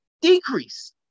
decrease